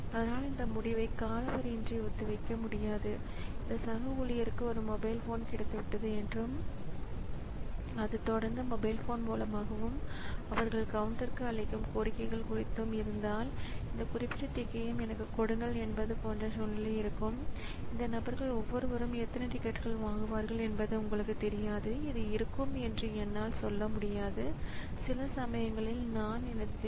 ஆகவே முழு கணினி அமைப்பிற்கும் முக்கிய நினைவகத்தில் அமைந்துள்ள உண்மையான இன்டரப்ட் சர்வீஸ் ராெட்டினுக்கு அனைத்து குறுக்கீடுகளுக்கான எங்கே எந்த முகவரிக்கு செல்ல வேண்டும் என்பதற்கான விபரங்கள் இன்டரப்ட் வெக்டார் அட்டவணை எனப்படும் அட்டவணையில் வைக்கப்பட்டு அங்கிருந்து இந்த இன்டரப்ட் வெக்டார் முகவரிகள் எடுக்கப்படுகின்றன அது தொடர்புடைய சர்வீஸ் ராெட்டினுக்கு செல்கிறது